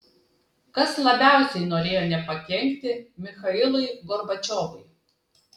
kas labiausiai norėjo nepakenkti michailui gorbačiovui